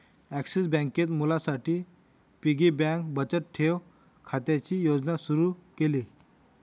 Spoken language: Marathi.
ॲक्सिस बँकेत मुलांसाठी पिगी बँक बचत ठेव खात्याची योजना सुरू केली